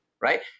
right